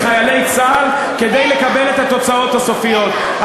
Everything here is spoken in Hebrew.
חיילי צה"ל כדי לקבל את התוצאות הסופיות.